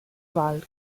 val